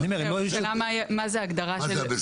השאלה מה זה הבסדר.